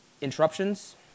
interruptions